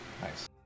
Nice